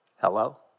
Hello